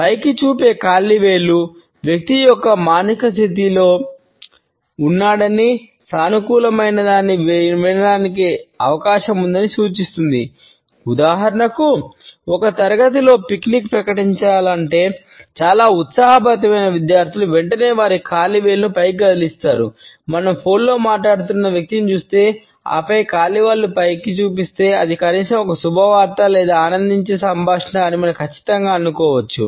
పైకి చూపే కాలి వేళ్లు పైకి చూపిస్తుంటే అది కనీసం ఒక శుభవార్త లేదా ఆనందించే సంభాషణ అని మనం ఖచ్చితంగా అనుకోవచ్చు